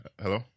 Hello